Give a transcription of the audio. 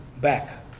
back